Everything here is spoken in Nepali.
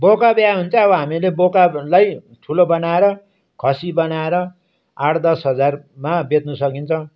बोका ब्यायो भने चाहिँ अब हामीले बोकालाई ठुलो बनाएर खसी बनाएर आठ दस हजारमा बेच्नु सकिन्छ